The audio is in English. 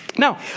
Now